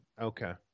Okay